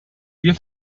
wir